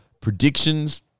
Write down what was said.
predictions